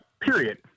period